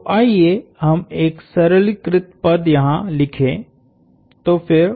तो आइए हम एक सरलीकृत पद यहां लिखें तो फिर